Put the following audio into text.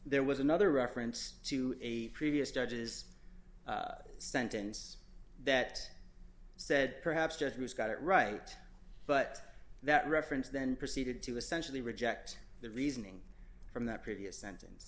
there was another reference to a previous judge's sentence that said perhaps just got it right but that reference then proceeded to essentially reject the reasoning from that previous sentence